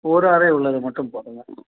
ஒரு அறை உள்ளது மட்டும் போதும்ங்க